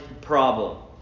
problem